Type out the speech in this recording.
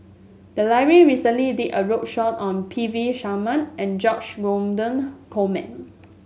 the library recently did a roadshow on P V Sharma and George Dromgold Coleman